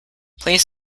please